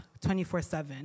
24/7